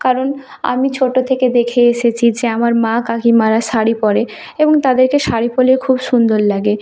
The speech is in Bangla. কারণ আমি ছোটো থেকে দেখে এসেছি যে আমার মা কাকিমারা শাড়ি পরে এবং তাদেরকে শাড়ি পরলে খুব সুন্দর লাগে